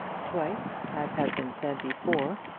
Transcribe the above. twice, as has been said before,